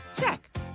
Check